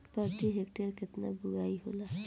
प्रति हेक्टेयर केतना बुआई होला?